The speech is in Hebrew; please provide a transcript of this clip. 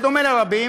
כמו על רבים,